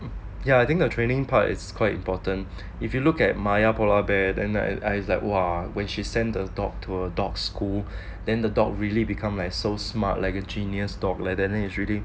ya I think the training part it's quite important if you look at maya polar bear then I like !wah! when she sent the top two dogs school then the dog really become like so smart like a genius dog like that is reading